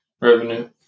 revenue